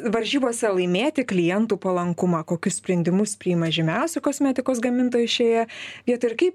varžybose laimėti klientų palankumą kokius sprendimus priima žymiausi kosmetikos gamintojai šioje vietoj ir kaip